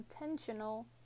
intentional